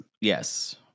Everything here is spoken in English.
Yes